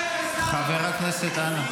--- חבר הכנסת, אנא.